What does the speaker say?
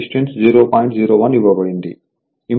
01 ఇవ్వబడింది